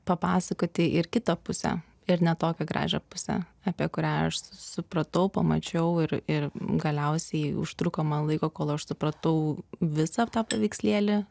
papasakoti ir kitą pusę ir ne tokią gražią pusę apie kurią aš supratau pamačiau ir ir galiausiai užtruko man laiko kol aš supratau visą tą paveikslėlį